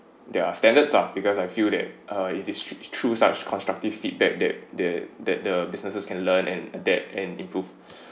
their standards lah because I feel that uh it is thr~ through such constructive feedback that that that the businesses can learn and adapt and improve